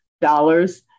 dollars